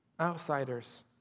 outsiders